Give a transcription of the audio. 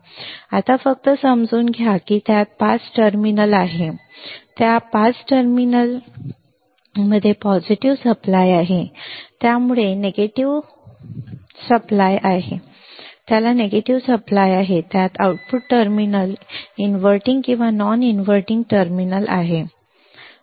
आत्ता फक्त समजून घ्या की त्यात पाच टर्मिनल आहेत त्यात पाच टर्मिनल पॉझिटिव्ह सप्लाय आहेत त्याला नकारात्मक पुरवठा आहे त्यात आउटपुट टर्मिनल इनव्हर्टिंग आणि नॉन इनव्हर्टिंग टर्मिनल आहे अगदी सोपे अगदी बरोबर